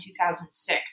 2006